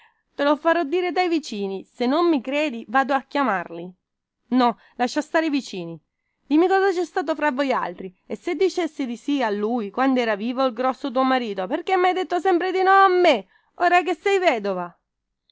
te lo farò dire dai vicini se non mi credi vado a chiamarli no lascia stare i vicini dimmi cosa cè stato fra voialtri e se dicesti di sì a lui quandera vivo il grosso tuo marito perchè mhai detto sempre di no a me ora che sei vedova